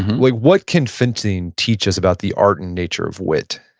like what can fencing teach us about the art in nature of wit?